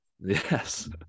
Yes